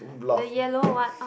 the yellow one ah